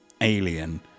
alien